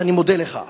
לכן אני מודה לך.